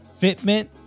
Fitment